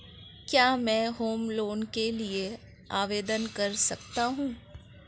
क्या मैं home loan के लिए आवेदन कर सकता हूं?